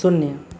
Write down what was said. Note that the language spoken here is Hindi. शून्य